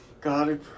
God